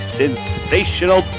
sensational